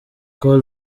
col